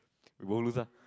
you won't lose ah